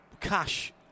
cash